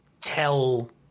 tell